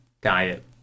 diet